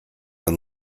and